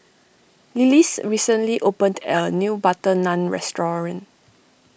Lillis recently opened a new Butter Naan restoring